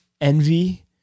envy